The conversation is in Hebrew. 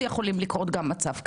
יכול לקרות גם מצב כזה.